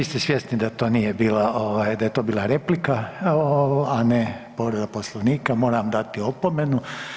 Vi ste svjesni da to nije bila, da je to bila replika, a ne povreda Poslovnika, moram dati opomenu.